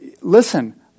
listen